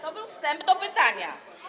To był wstęp do pytania.